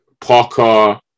Parker